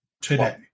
today